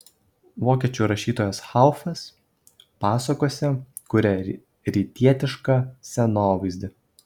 vokiečių rašytojas haufas pasakose kuria rytietišką scenovaizdį